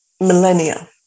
millennia